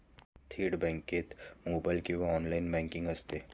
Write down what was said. थेट बँकेत मोबाइल किंवा ऑनलाइन बँकिंग असते